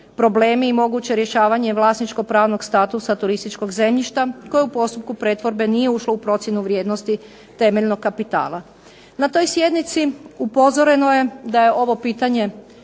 problemi i moguće rješavanje vlasničko-pravnog statusa turističkog zemljišta koji u postupku pretvorbe nije ušlo u procjenu vrijednosti temeljnog kapitala. Na toj sjednici upozoreno je da je ovo pitanje